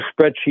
spreadsheet